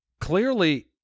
clearly